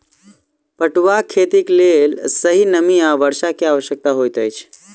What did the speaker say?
पटुआक खेतीक लेल सही नमी आ वर्षा के आवश्यकता होइत अछि